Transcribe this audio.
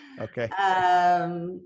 Okay